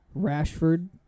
Rashford